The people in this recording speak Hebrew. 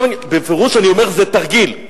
בפירוש אני אומר: זה תרגיל.